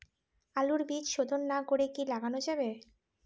আলুর বীজ শোধন না করে কি লাগানো যাবে?